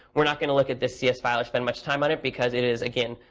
we're not going to look at this css file or spend much time on it, because it is, again,